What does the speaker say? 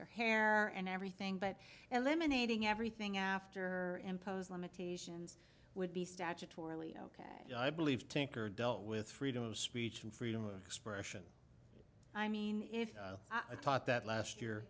their hair and everything but eliminating everything after impose limitations would be statutorily ok i believe tinker dealt with freedom of speech and freedom of expression i mean if i thought that last year